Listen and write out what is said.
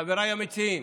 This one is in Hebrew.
חבריי המציעים